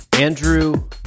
Andrew